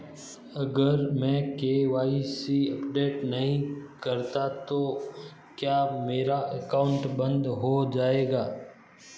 अगर मैं KYC update नहीं करता तो क्या मेरा अकाउंट बंद हो जाएगा?